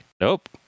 Nope